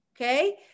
Okay